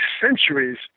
centuries